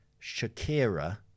Shakira